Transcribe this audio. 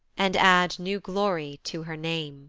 and add new glory to her name.